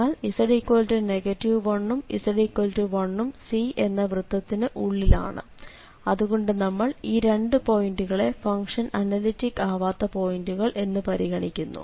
എന്നാൽ z 1ഉം z1ഉം C എന്ന വൃത്തത്തിനു ഉള്ളിലാണ് അതുകൊണ്ട് നമ്മൾ ഈ രണ്ടു പോയിന്റുകളെ ഫംഗ്ഷൻ അനലിറ്റിക്ക് ആവാത്ത പോയിന്റുകൾ എന്ന് പരിഗണിക്കുന്നു